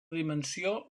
dimensió